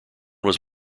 was